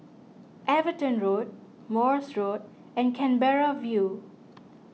Everton Road Morse Road and Canberra View